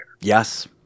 Yes